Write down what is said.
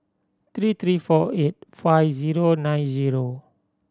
three three four eight five zero nine zero